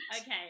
Okay